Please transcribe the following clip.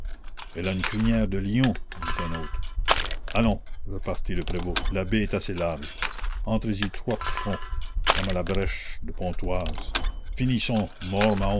elle a une crinière de lion dit un autre allons repartit le prévôt la baie est assez large entrez-y trois de front comme à la brèche de pontoise finissons